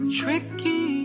tricky